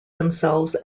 themselves